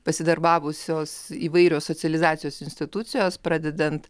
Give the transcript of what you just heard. pasidarbavusios įvairios socializacijos institucijos pradedant